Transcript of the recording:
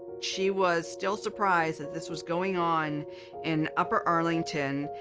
she was still surprised that this was going on in upper arlington,